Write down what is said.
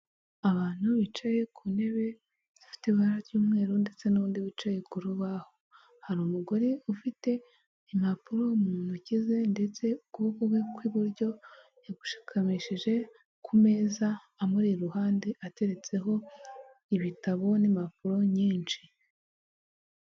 Abantu bicaye ku ntebe zifite ibara ry'umweru ndetse n'undi wicaye ku rubaho, hari umugore ufite impapuro mu ntoki ze ndetse ukuboko kwe kw'iburyo, yagushikamishije ku meza amureba iruhande ateretseho ibitabo n'impapuro nyinshi.